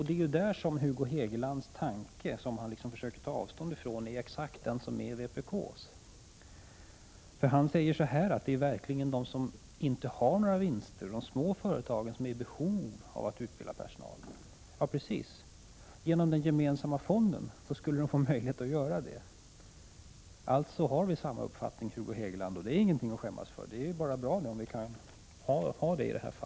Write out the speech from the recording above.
Det är ju därvidlag som Hugo Hegelands tanke, som han nu försöker ta avstånd från, är exakt densamma som vpk:s. Han säger att det verkligen är de som inte har några vinster, de små företagen, som har behov av att utbilda personal. Ja, precis. Genom den gemensamma fonden skulle de få möjlighet att göra det. Alltså har vi samma uppfattning i det här fallet, Hugo Hegeland. Och det är ingenting att skämmas för. Det är bara bra.